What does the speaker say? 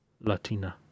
Latina